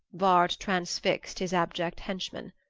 vard transfixed his abject henchman.